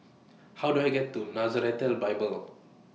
How Do I get to Nazareth Bible